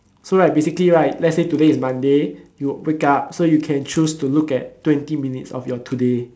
so right basically right let's say today is Monday you wake up so you can choose to look at twenty minutes of your today